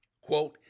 Quote